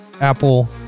Apple